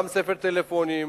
גם כספר טלפונים,